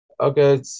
Okay